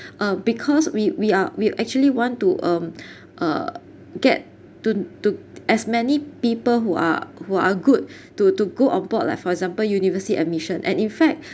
um because we we are we actually want to um uh get to to as many people who are who are good to to go abroad like for example university admission and in fact